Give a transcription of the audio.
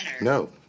No